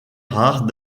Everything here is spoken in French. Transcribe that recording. rare